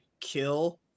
kill